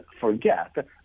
forget